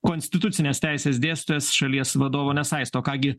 konstitucinės teisės dėstytojas šalies vadovo nesaisto ką gi